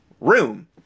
Room